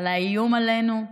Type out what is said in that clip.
על האיום עלינו?